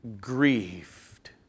grieved